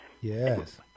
yes